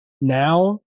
now